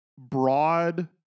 Broad